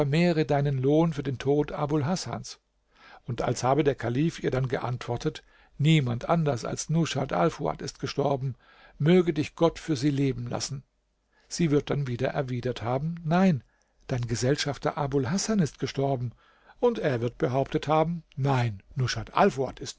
vermehre deinen lohn für den tod abul hasans und als habe der kalif ihr dann geantwortet niemand anders als rushat alfuad ist gestorben möge dich gott für sie leben lassen sie wird dann wieder erwidert haben nein dein gesellschafter abul hasan ist gestorben und er wird behauptet haben nein